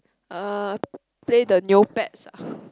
uh play the Neopets ah